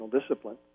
discipline